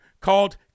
called